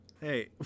Hey